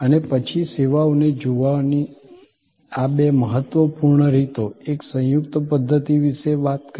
અમે પછી સેવાઓને જોવાની આ બે મહત્વપૂર્ણ રીતો એક સંયુક્ત પધ્ધતિ વિશે વાત કરી